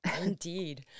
Indeed